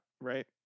right